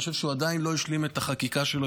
אני חושב שהוא עדיין לא השלים את החקיקה שלו,